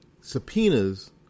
subpoenas